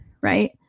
right